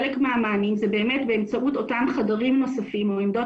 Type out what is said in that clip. חלק מהמענים הם באמצעות אותם חדרים נוספים או עמדות